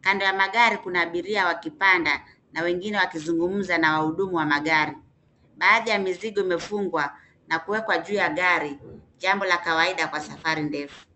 Kando ya magari kuna abiria wakipanda na wengine wakizungumza na wahudumu wa magari. Baadhi ya mizigo imefungwa na kuwekwa juu ya gari, jambo la kawaida kwa safari ndefu.